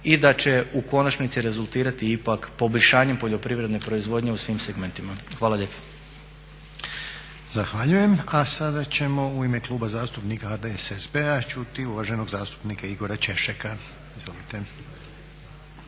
i da će u konačnici rezultirati ipak poboljšanjem poljoprivredne proizvodnje u svim segmentima. Hvala lijepa. **Reiner, Željko (HDZ)** Zahvaljujem. A sada ćemo u ime Kluba zastupnika HDSSB-a čuti uvaženog zastupnika Igora Češeka.